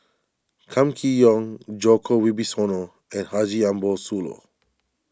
Kam Kee Yong Djoko Wibisono and Haji Ambo Sooloh